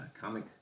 comic